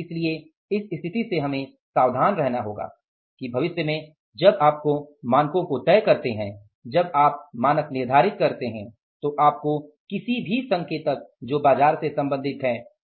इसलिए इस स्थिति में हमें सावधान रहना होगा कि भविष्य में जब आप मानकों को तय करते हैं तो आपको किसी भी संकेतक जो बाजार से संबंधित है